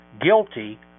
Guilty